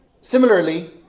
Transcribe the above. Similarly